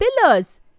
pillars